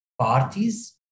parties